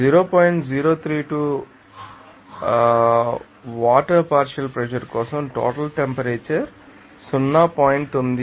032 రోజు water partial pressure కోసం total temperature 0